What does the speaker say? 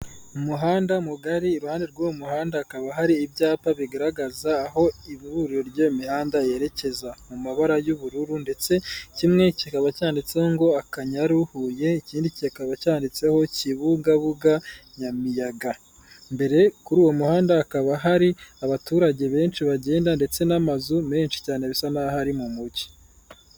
Umuhanda mugari, iruhande rw'uwo muhanda hakaba hari ibyapa bigaragaza aho ihuriro ry'iyo mihanda yerekeza. Mu mabara y'ubururu ndetse kimwe kikaba cyanditseho ngo: "Akanyaru, Huye, ikindi kikaba cyanditseho Kibugabuga, Nyamiyaga. Imbere kuri uwo muhanda hakaba hari abaturage benshi bagenda ndetse n'amazu menshi cyane, bisa n'aho ari mu mujyi.